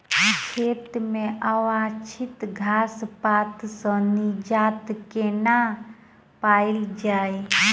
खेत मे अवांछित घास पात सऽ निजात कोना पाइल जाइ?